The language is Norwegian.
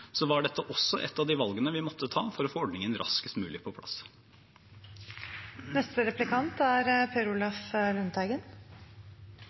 var dette også et av valgene vi måtte ta for å få ordningen raskest mulig på